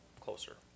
closer